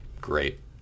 great